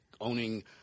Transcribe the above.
owning –